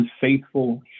unfaithful